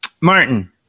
Martin